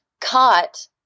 caught